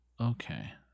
Okay